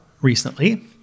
recently